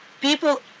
People